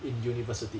in university